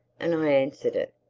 and i answered it.